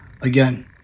again